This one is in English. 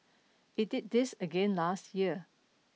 it did this again last year